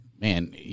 man